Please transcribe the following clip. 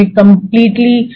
completely